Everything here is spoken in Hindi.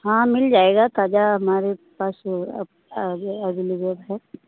हाँ मिल जाएगा ताज़ा हमारे पास है आप आज आ जाइएगा मतलब